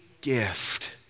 gift